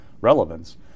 relevance